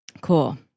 Cool